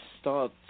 start